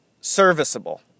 serviceable